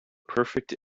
perfect